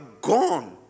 gone